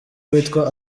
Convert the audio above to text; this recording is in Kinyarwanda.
witwa